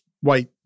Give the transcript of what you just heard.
white